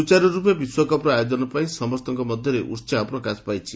ସୁଚାରୁର୍ପେ ବିଶ୍ୱକପ୍ର ଆୟୋଜନ ପାଇଁ ସମସ୍ତଙ୍କ ମଧାରେ ଉହାହ ପ୍ରକାଶ ପାଇଛି